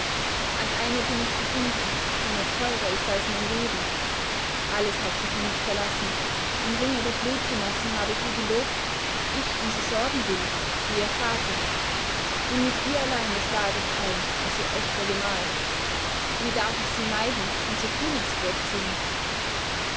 an eine bin ich gebunden die mir teurer ist als mein leben alles hat sie für mich verlassen im ringe der blutgenossen habe ich ihr gelobt daß ich um sie sorgen will wie ihr vater und mit ihr allein das lager teilen als ihr echter gemahl wie darf ich sie meiden und zur königsburg ziehen